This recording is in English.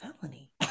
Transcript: felony